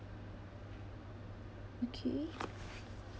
okay